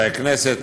חברי חברי הכנסת,